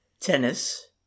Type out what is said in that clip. tennis